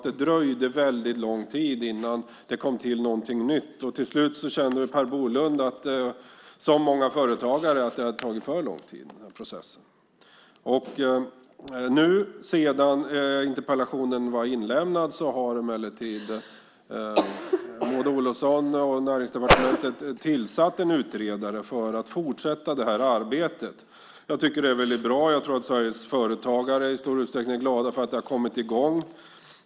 Det dröjde väldigt lång tid innan det kom någonting nytt. Till slut kände Per Bolund, som många företagare, att den här processen har tagit för tid. Sedan interpellationen var inlämnad har emellertid Maud Olofsson och Näringsdepartementet tillsatt en utredare för att fortsätta arbetet. Jag tycker att det är väldigt bra, och jag tror att Sveriges företagare i stor utsträckning är glada för att det har kommit i gång.